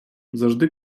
завжди